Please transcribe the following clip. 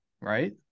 right